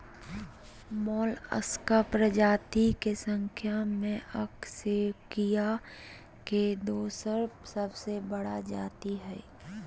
Mollusca प्रजाति के संख्या में अकशेरूकीय के दोसर सबसे बड़ा जाति हइ